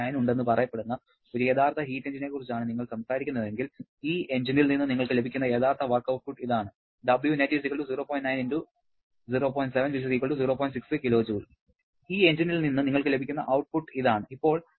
9 ഉണ്ടെന്ന് പറയപ്പെടുന്ന ഒരു യഥാർത്ഥ ഹീറ്റ് എൻജിനെക്കുറിച്ചാണ് നിങ്ങൾ സംസാരിക്കുന്നതെങ്കിൽ ഈ എഞ്ചിനിൽ നിന്ന് നിങ്ങൾക്ക് ലഭിക്കുന്ന യഥാർത്ഥ വർക്ക് ഔട്ട്പുട്ട് ഇതാണ് ഈ എഞ്ചിനിൽ നിന്ന് നിങ്ങൾക്ക് ലഭിക്കുന്ന ഔട്ട്പുട്ട് ഇതാണ് ഇപ്പോൾ ഈ 0